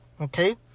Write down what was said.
Okay